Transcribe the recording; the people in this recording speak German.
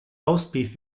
roastbeef